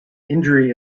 injury